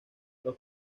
los